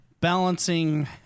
balancing